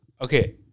Okay